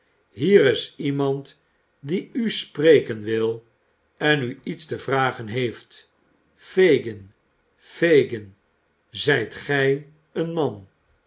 hier is iemand die u spreken wil en u iets te vragen heeft fagin fagin zijt gij een man